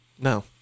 no